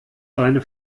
reine